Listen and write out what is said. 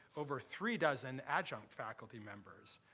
over three dozen adjunct faculty members.